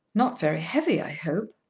not very heavy i hope.